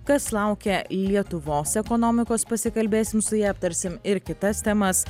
kas laukia lietuvos ekonomikos pasikalbėsim su ja aptarsim ir kitas temas